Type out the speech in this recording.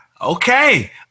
okay